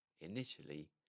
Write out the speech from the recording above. Initially